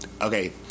okay